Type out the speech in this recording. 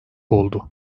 oldu